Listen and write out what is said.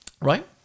right